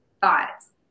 thoughts